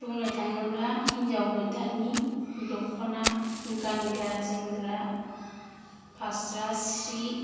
बुंनो थाङोब्ला हिनजाव गोदाननि दख'ना गानग्रा जोमग्रा फास्रा सि